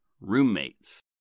roommates